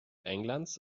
englands